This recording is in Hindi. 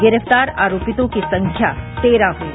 गिरफ्तार आरोपितों की संख्या तेरह हुई